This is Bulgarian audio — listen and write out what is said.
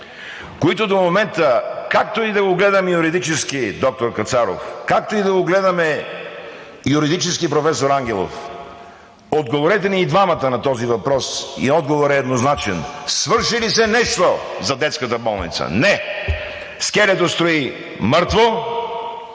които до момента, както и да го гледаме юридически, доктор Кацаров, както и да го гледаме юридически, професор Ангелов, отговорете ни и двамата на този въпрос, и отговорът е еднозначен: свърши ли се нещо за детската болница? Не! Скелето стои мъртво,